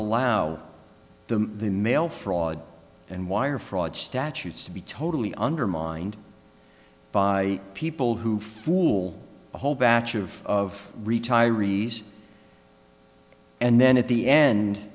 allow the mail fraud and wire fraud statutes to be totally undermined by people who fool a whole batch of of retirees and then at the end